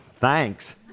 Thanks